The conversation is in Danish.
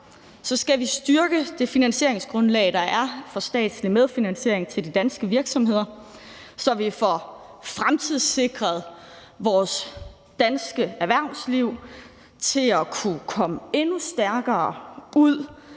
her skal vi styrke det finansieringsgrundlag, der er for statslig medfinansiering til de danske virksomheder, så vi får fremtidssikret vores danske erhvervsliv til at kunne komme endnu stærkere ud